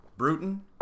Bruton